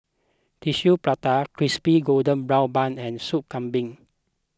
Tissue Prata Crispy Golden Brown Bun and Sup Kambing